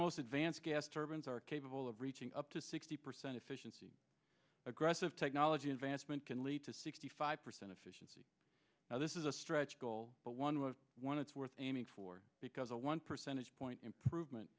most advanced gas turbines are capable of reaching up to sixty percent efficiency aggressive technology advancement can lead to sixty five percent efficiency now this is a stretch goal but one hundred one it's worth aiming for because a one percentage point improvement